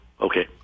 okay